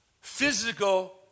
physical